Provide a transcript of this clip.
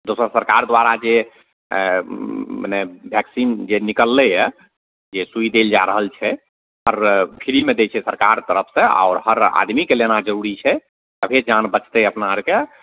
दोसर सरकार द्वारा जे मने वैक्सीन जे निकललइए जे सुइ देल जा रहल छै हर फ्रीमे दै छै सरकार तरफसँ और हर आदमीके लेना जरूरी छै तबे जान बचतइ अपना आरके